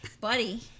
buddy